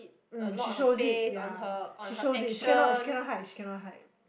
um she shows it ya she shows it she cannot she cannot hide she cannot hide